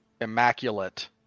immaculate